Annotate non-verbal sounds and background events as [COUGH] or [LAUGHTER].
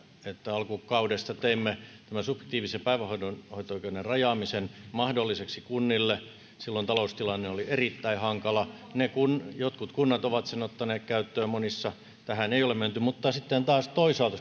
että alkukaudesta teimme tämän subjektiivisen päivähoito oikeuden rajaamisen mahdolliseksi kunnille silloin taloustilanne oli erittäin hankala jotkut kunnat ovat sen ottaneet käyttöön monissa tähän ei ole menty mutta sitten taas toisaalta [UNINTELLIGIBLE]